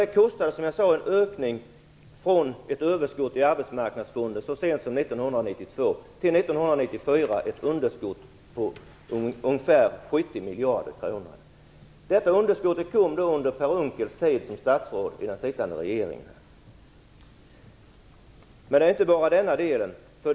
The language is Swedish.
Den kostar, som jag sade, i form av en ökning av kostnaderna i Arbetsmarknadsfonden från ett överskott så sent som 1992 till ett underskott på ungefär 70 miljarder 1994. Detta underskott kom under Det är inte bara denna del.